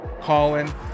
Colin